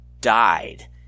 died